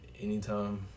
anytime